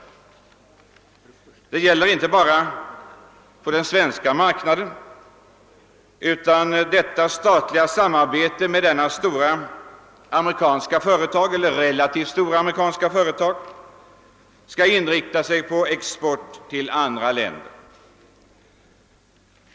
Konkurrensen skall gälla inte bara den svenska marknaden, utan detta statliga samarbete med det relativt stora amerikanska företaget skall också inrikta sig på export till andra länder.